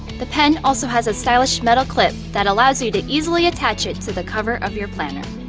the pen also has a stylish metal clip that allows you to easily attach it to the cover of your planner.